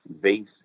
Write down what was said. base